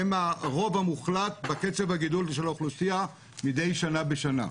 הם הרוב המוחלט בקצב הגידול של האוכלוסייה מדי שנה בשנה.